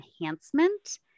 enhancement